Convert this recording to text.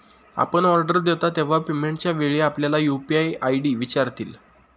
आपण ऑर्डर देता तेव्हा पेमेंटच्या वेळी आपल्याला यू.पी.आय आय.डी विचारतील